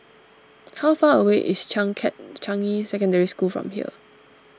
how far away is Changkat Changi Secondary School from here